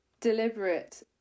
deliberate